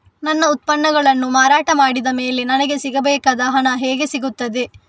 ನನ್ನ ಉತ್ಪನ್ನಗಳನ್ನು ಮಾರಾಟ ಮಾಡಿದ ಮೇಲೆ ನನಗೆ ಸಿಗಬೇಕಾದ ಹಣ ಹೇಗೆ ಸಿಗುತ್ತದೆ?